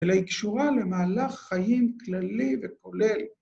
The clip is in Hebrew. ‫אלא היא קשורה למהלך חיים כללי וכולל.